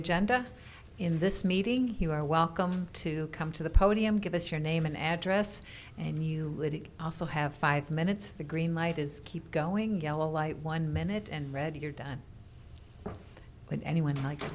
agenda in this meeting you are welcome to come to the podium give us your name and address and you also have five minutes the green light is keep going yellow light one minute and red you're done when anyone likes to